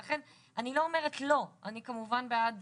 לכן אני לא אומרת לא, אני כמובן בעד